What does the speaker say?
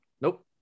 Nope